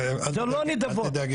זה לא נדבות.